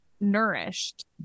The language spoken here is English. nourished